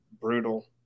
brutal